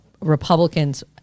Republicans